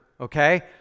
okay